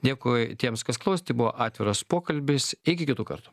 dėkui tiems kas klausėt tai buvo atviras pokalbis iki kitų kartų